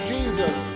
Jesus